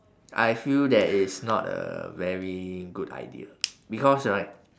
I feel that it's not a very good idea because right